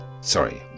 sorry